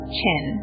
chin